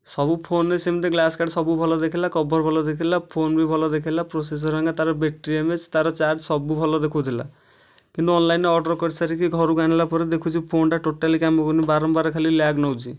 ସବୁ ଫୋନ୍ରେ ସେମିତି ଗ୍ଳାସ୍ ଗାର୍ଡ୍ ସବୁ ଭଲ ଦେଖେଇଲା କଭର୍ ଭଲ ଦେଖେଇଲା ଫୋନ୍ ବି ଭଲ ଦେଖେଇଲା ପ୍ରୋସେସର୍ ହରିକା ତାର ବ୍ୟାଟେରୀ ଏମ୍ ଏଚ୍ ତାର ଚାର୍ଜ୍ ସବୁ ଭଲ ଦେଖାଉଥିଲା କିନ୍ତୁ ଅନ୍ଲାଇନ୍ ଅର୍ଡ଼ର୍ କରି ସାରିକି ଘରୁକୁ ଆଣିଲା ପରେ ଦେଖୁଛି ଫୋନ୍ଟା ଟୋଟାଲି କାମ କରୁନି ବାରମ୍ବାର ଖାଲି ଲ୍ୟାଗ୍ ନେଉଛି